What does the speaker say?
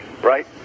right